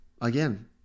again